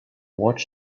watch